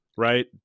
right